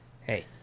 hey